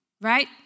right